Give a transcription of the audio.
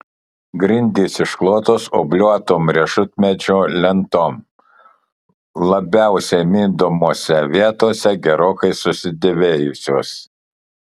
grindys išklotos obliuotom riešutmedžio lentom labiausiai mindomose vietose gerokai susidėvėjusios